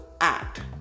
act